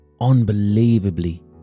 unbelievably